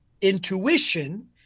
intuition